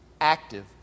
active